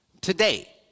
today